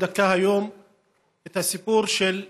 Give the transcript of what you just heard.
התשע"ח 2018,